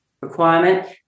requirement